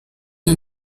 iyo